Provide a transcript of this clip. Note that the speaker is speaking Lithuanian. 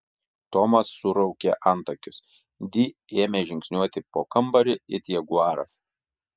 tomas suraukė antakius di ėmė žingsniuoti po kambarį it jaguaras